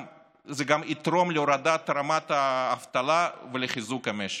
זה יתרום להורדת רמת האבטלה ולחיזוק המשק.